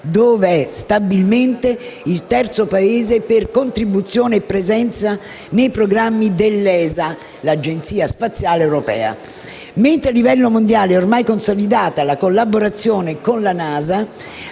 dov'è stabilmente il terzo Paese per contribuzione e presenza nei programmi dell'ESA, l'Agenzia spaziale europea. A livello mondiale è, invece, ormai consolidata la collaborazione con la NASA,